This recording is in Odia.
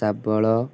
ଶାବଳ